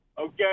Okay